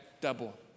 double